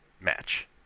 match